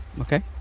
Okay